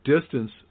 distance